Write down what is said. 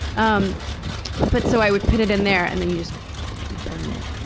um but so i would put it in there, and then you just fuckin' burn it,